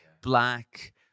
black